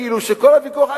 כאילו כל הוויכוח,